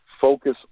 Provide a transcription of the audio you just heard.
focus